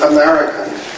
Americans